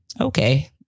okay